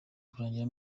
kurangira